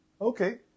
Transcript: Okay